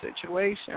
situation